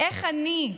איך אני,